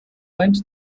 went